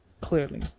Clearly